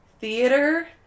Theater